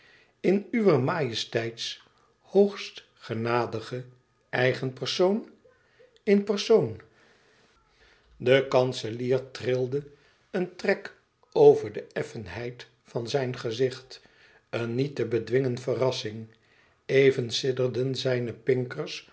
in uwer majesteits hoogst genadige eigen persoon in persoon den kanselier trilde een trek over de effenheid van zijn gezicht een niet te bedwingen verrassing even sidderden zijne pinkers